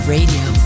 Radio